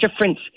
difference